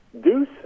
Deuce